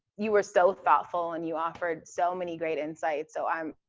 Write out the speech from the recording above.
you were so thoughtful and you offered so many great insights. so i'm,